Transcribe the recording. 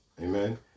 Amen